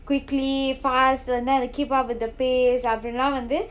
quickly fast and then keep up with the pace அப்படிலாம் வந்து:appadilaam vanthu